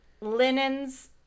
Linens